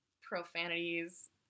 profanities